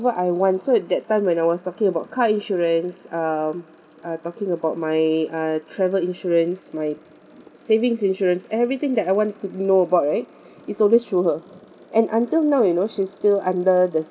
I want so that time when I was talking about car insurance um uh talking about my uh travel insurance my savings insurance everything that I want to know about right it's always through her and until now you know she's still under the